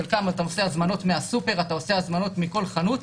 חלקם עשו הזמנות מהסופר ומכל חנות,